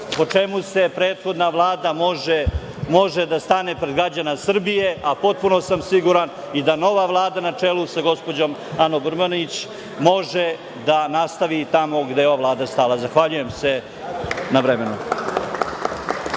po čemu prethodna Vlada može da stane pred građane Srbije. Potpuno sam siguran i da nova Vlada, na čelu sa gospođom Anom Brnabić, može da nastavi tamo gde je ova Vlada stala. Zahvaljujem se na vremenu.